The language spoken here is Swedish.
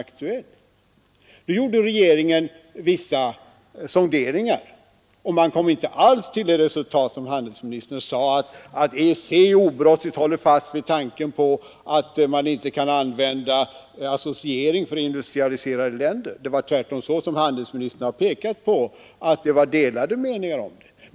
Regeringen gjorde i samband därmed vissa sonderingar, och man kom då, som handelsministern sade, inte alls till det resultatet att EEC obrottsligt håller fast vid tanken på att associering inte kan användas för industrialiserade länder. Det var tvärtom, som handelsministern pekade på, delade meningar om detta.